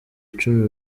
icumi